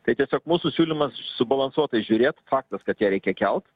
tai tiesiog mūsų siūlymas subalansuotai žiūrėt faktas kad ją reikia kelt